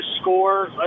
score